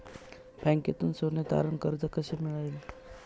बँकेतून सोने तारण कर्ज कसे मिळेल?